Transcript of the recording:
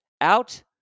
out